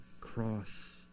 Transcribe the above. cross